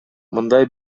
мындай